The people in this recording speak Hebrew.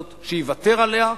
שיוותר עליה,